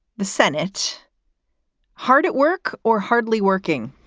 the senate hard at work or hardly working